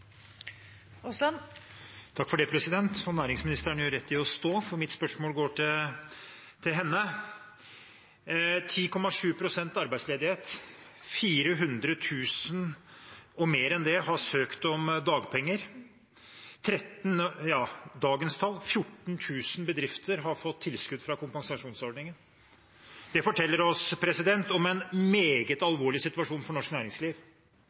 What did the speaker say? Næringsministeren gjør rett i å bli stående, for mitt spørsmål går til henne. 10,7 pst. arbeidsledighet, flere enn 400 000 har søkt om dagpenger, 14 000 bedrifter har per i dag fått tilskudd fra kompensasjonsordningen – det forteller oss om en meget alvorlig situasjon for norsk næringsliv,